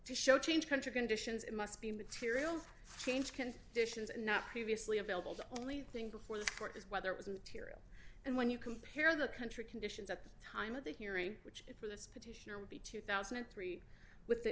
to show change country going to sions it must be material change can dish and not previously available the only thing before the court is whether it was material and when you compare the country conditions at the time of the hearing which for this petitioner would be two thousand and three with the